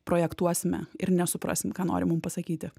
projektuosime ir nesuprasim ką nori mum pasakyti